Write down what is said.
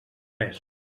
res